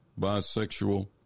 bisexual